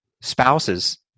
spouses